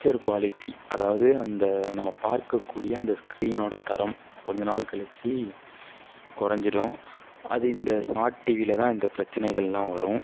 picture quality அதாவது நம்ம அந்த நம்ம பார்க்க கூடிய அந்த ஸ்கிரீனோட தரம் கொஞ்சம் நாள் கழித்து கொறைஞ்சிடும் அது இந்த ஸ்மார்ட் டிவியில் தான் இந்த பிரச்சனைகள்லாம் வரும்